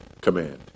command